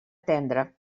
tendre